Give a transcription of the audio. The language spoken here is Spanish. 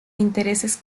intereses